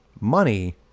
money